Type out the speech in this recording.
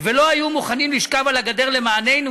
ולא היו מוכנים לשכב על הגדר למעננו,